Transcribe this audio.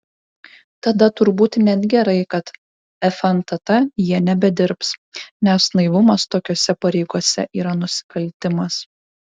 tada turbūt net gerai kad fntt jie nebedirbs nes naivumas tokiose pareigose yra nusikaltimas